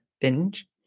binge